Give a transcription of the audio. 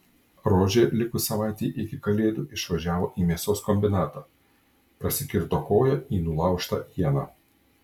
rožė likus savaitei iki kalėdų išvažiavo į mėsos kombinatą prasikirto koją į nulaužtą ieną